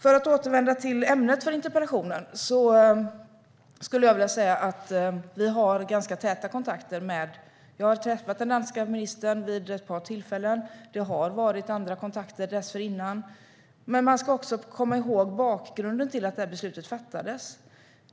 För att återvända till ämnet för interpellationen skulle jag vilja säga att vi har ganska täta kontakter med den danska regeringen. Jag har träffat den danska ministern vid ett par tillfällen, och det har varit andra kontakter dessförinnan. Man ska också komma ihåg bakgrunden till att beslutet fattades.